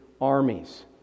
Armies